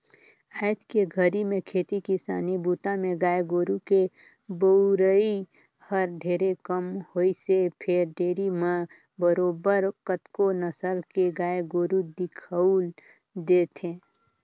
आयज के घरी में खेती किसानी बूता में गाय गोरु के बउरई हर ढेरे कम होइसे फेर डेयरी म बरोबर कतको नसल के गाय गोरु दिखउल देथे